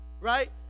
right